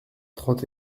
trente